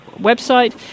website